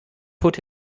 put